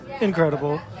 Incredible